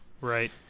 right